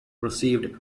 received